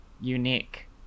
unique